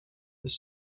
this